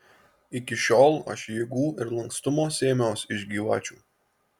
iki šiol aš jėgų ir lankstumo sėmiaus iš gyvačių